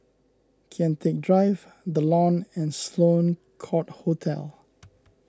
Kian Teck Drive the Lawn and Sloane Court Hotel